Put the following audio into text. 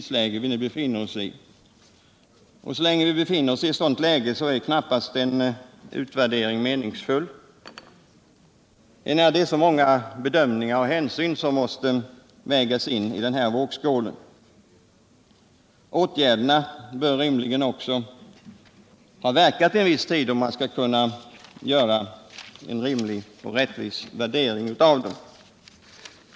Så länge vi befinner oss i ett sådant läge är en utvärdering knappast meningsfull. Det är så många bedömningar som måste göras och så många hänsyn som måste tas. Åtgärderna bör rimligen också ha verkat en viss tid, om man skall kunna göra en rimlig och rättvis värdering av dem.